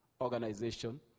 Organization